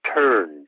turn